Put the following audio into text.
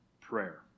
prayer